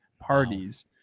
parties